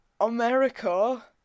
America